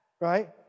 right